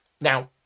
Now